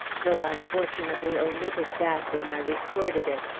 though i fortunately omitted that when i recorded it.